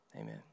Amen